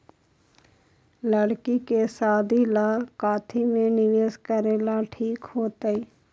लड़की के शादी ला काथी में निवेस करेला ठीक होतई?